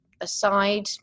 aside